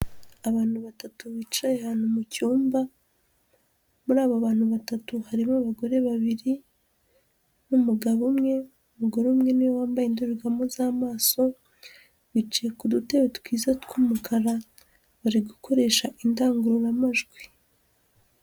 Abantu batatu bicaye ahantu mu cyumba, muri abo bantu batatu harimo abagore babiri n'umugabo umwe, umugore umwe ni we wambaye indorerwamo z'amaso, bicaye ku dutebe twiza tw'umukara, bari gukoresha indangururamajwi.